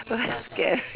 !wah! scary